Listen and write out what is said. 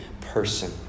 person